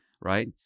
right